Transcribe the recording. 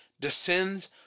descends